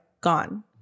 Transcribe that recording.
gone